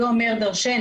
זה אומר דרשני.